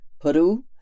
Peru